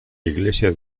iglesia